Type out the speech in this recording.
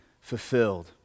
fulfilled